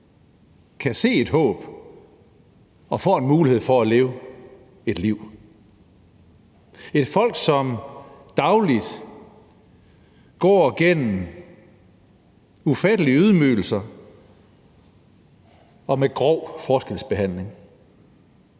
kan se et håb og får en mulighed for at leve et liv, et folk, som dagligt gennemgår ufattelige ydmygelser og oplever grov forskelsbehandling.